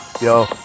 yo